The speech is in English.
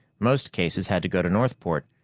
most cases had to go to northport,